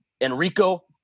Enrico